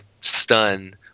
stun